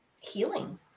healing